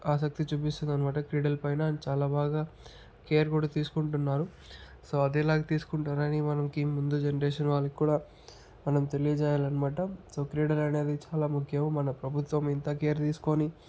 ఆసక్తి చూపిస్తుంది అనమాట క్రీడలు పైన అండ్ చాలా బాగా కేర్ కూడా తీసుకుంటున్నారు సో అదేలా తీసుకుంటారని మనకి ముందు జనరేషన్ వాళ్ళకి కూడా మనం తెలియచేయాలి అన్నమాట సో క్రీడలు అనేవి చాలా ముఖ్యం మన ప్రభుత్వం ఇంత కేర్ తీసుకొని